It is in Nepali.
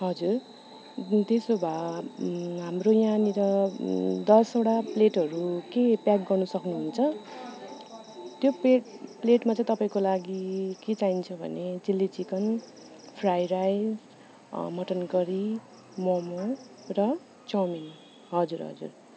हजुर त्यसो भए हाम्रो यहाँनेर दसवटा प्लेटहरू के प्याक गर्नु सक्नु हुन्छ त्यो प्लेट प्लेटमा चाहिँ तपाईँको लागि के चाहिन्छ भने chilli chicken fry rice mutton curry मम र चाउमिन हजुर हुजर